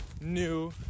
new